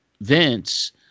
Vince